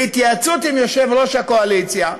בהתייעצות עם יושב-ראש הקואליציה,